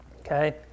Okay